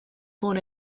born